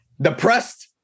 depressed